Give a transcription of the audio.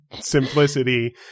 simplicity